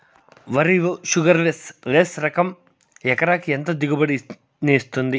వరి లో sugarless less రకం ఎకరాకి ఎంత దిగుబడినిస్తుంది